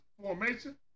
formation